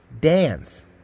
Dance